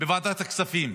בוועדת הכספים,